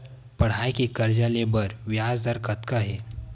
पढ़ई के कर्जा ले बर ब्याज दर कतका हे?